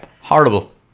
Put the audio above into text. horrible